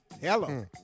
Hello